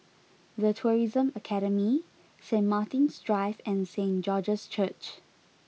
The Tourism Academy Saint Martin's Drive and Saint George's Church